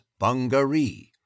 Bungaree